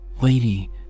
Lady